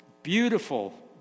Beautiful